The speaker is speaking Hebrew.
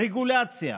רגולציה: